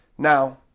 Now